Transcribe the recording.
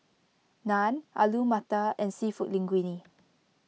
Naan Alu Matar and Seafood Linguine